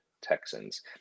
texans